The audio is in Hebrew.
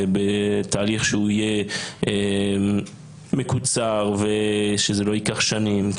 ובתהליך שהוא יהיה מקוצר ושזה לא ייקח שנים,